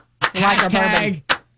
hashtag